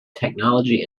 technology